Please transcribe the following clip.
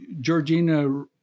Georgina